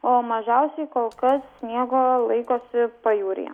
o mažiausiai kol kas sniego laikosi pajūryje